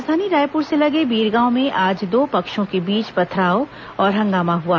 राजधानी रायपुर से लगे बीरगांव में आज दो पक्षों के बीच पथराव और हंगामा हुआ